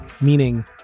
meaning